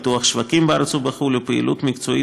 פיתוח שווקים בארץ ובחו"ל ופעילות מקצועית